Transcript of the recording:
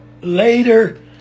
later